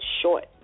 short